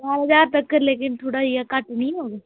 द'ऊं ज्हार तक्कर लेकिन थोह्ड़ा जेहा घट्ट निं होग